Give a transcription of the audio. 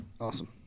Awesome